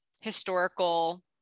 historical